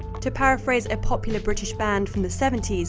to paraphrase a popular british band from the seventy s,